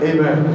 Amen